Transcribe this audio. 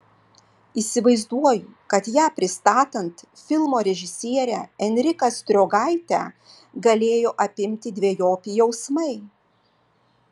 įsivaizduoju kad ją pristatant filmo režisierę enriką striogaitę galėjo apimti dvejopi jausmai